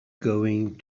going